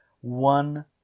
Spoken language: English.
one